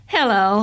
Hello